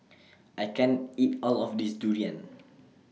I can't eat All of This Durian